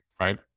right